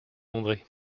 andré